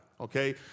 okay